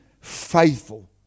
faithful